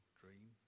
dream